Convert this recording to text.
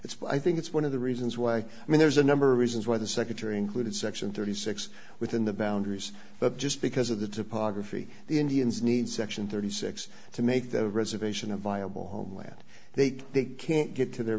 but i think it's one of the reasons why i mean there's a number of reasons why the secretary included section thirty six within the boundaries but just because of the topography the indians need section thirty six to make their reservation a viable homeland they they can't get to their